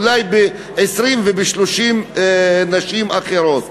אולי ב-20 וב-30 נשים אחרות.